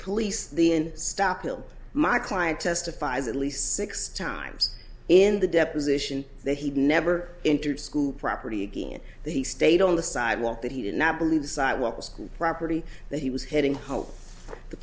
police the in stop him my client testifies at least six times in the deposition that he never entered school property again that he stayed on the sidewalk that he did not believe the sidewalk school property that he was heading home the